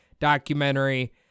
documentary